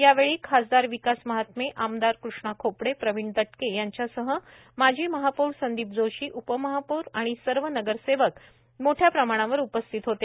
यावेळी खासदार विकास महात्मे आमदार कृष्णा खोपड़े प्रवीण दटके यांच्यासह माजी महापौर संदीप जोशी उपमहापौर आणि सर्व नगरसेवक मोठया प्रमाणावर उपस्थित होते